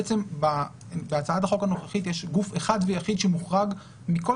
בעצם בהצעת החוק הנוכחית יש גוף אחד ויחיד שמוחרג מכל